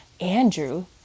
Andrew